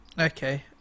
Okay